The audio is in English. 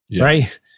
right